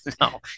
No